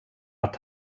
att